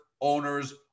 owners